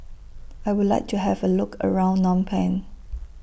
I Would like to Have A Look around Phnom Penh